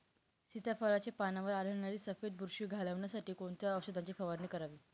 सीताफळाचे पानांवर आढळणारी सफेद बुरशी घालवण्यासाठी कोणत्या औषधांची फवारणी करावी?